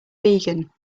vegan